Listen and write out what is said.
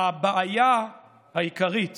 הבעיה העיקרית